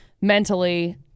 mentally